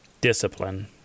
Discipline